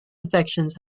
infections